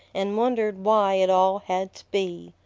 and wondered why it all had to be.